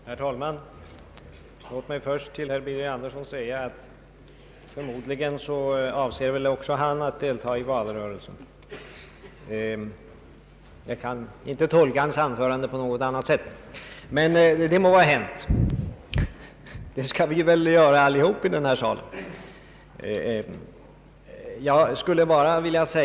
Herr talman! Låt mig först till herr Birger Andersson säga, att förmodligen avser också han att delta i valrörelsen. Jag kan inte tolka hans anförande på något annat sätt. Men det må vara hänt. Vi skall väl alla i den här salen försöka delta i valrörelsen.